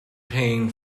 pain